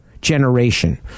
generation